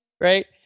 right